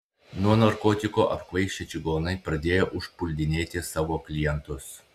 nuo narkotikų apkvaišę čigonai pradėjo užpuldinėti savo klientus